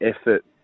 effort